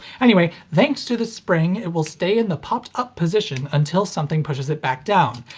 anyway, thanks to the spring it will stay in the popped up position until something pushes it back down,